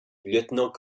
lieutenant